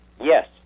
Yes